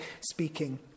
speaking